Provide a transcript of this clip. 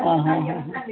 ହଁ ହଁ ହଁ